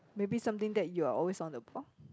maybe something that you are always on the ball